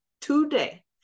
today